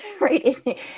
right